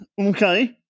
Okay